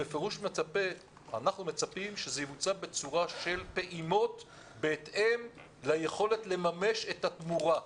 אנחנו מצפים שזה יבוצע בצורה של פעימות בהתאם ליכולת לממש את התמורה.